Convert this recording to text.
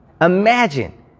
Imagine